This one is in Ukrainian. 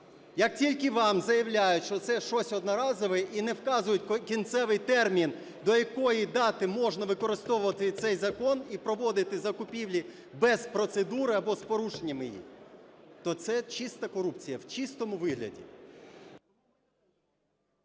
Як тільки вам заявляють, що це щось одноразове і не вказують кінцевий термін, до якої дати можна використовувати цей закон і проводити закупівлі без процедури або з порушенням її, то це чиста корупція в чистому вигляді.